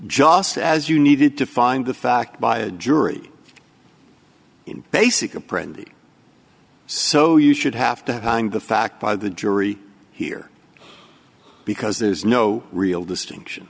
just as you needed to find the fact by a jury in basic a pretty so you should have to hang the fact by the jury here because there's no real distinction